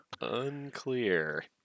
Unclear